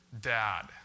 Dad